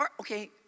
Okay